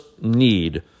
need